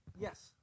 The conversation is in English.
Yes